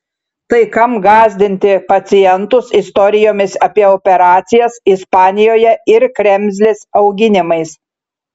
tai kam gąsdinti pacientus istorijomis apie operacijas ispanijoje ir kremzlės auginimais